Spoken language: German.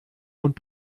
und